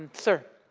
and sir.